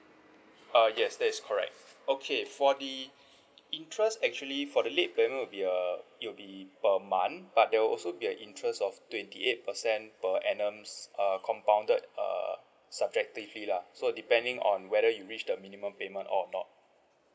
uh yes that's correct okay for the interest actually for the late payment will be uh it will be per month but there will also be a interest of twenty eight percent per annum uh compounded uh subjectively lah so depending on whether you reach the minimum payment or not